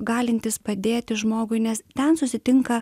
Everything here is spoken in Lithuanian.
galintis padėti žmogui nes ten susitinka